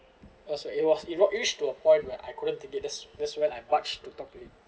it was it was you know reach to a point where I couldn't take it that's that's why I marched to talk to him